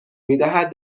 میدهد